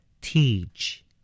Teach